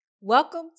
Welcome